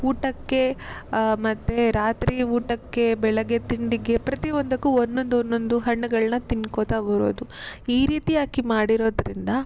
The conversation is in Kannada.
ಊಟಕ್ಕೆ ಮತ್ತು ರಾತ್ರಿ ಊಟಕ್ಕೆ ಬೆಳಗ್ಗೆ ತಿಂಡಿಗೆ ಪ್ರತಿಯೊಂದಕ್ಕೂ ಒಂದೊಂದು ಒಂದೊಂದು ಹಣ್ಣುಗಳನ್ನ ತಿನ್ಕೊತ ಬರೋದು ಈ ರೀತಿ ಆಕೆ ಮಾಡಿರೋದರಿಂದ